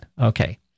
Okay